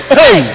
hey